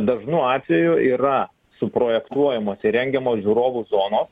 dažnu atveju yra suprojektuojamos įrengiamos žiūrovų zonos